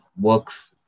works